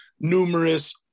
numerous